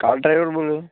car driver બોલો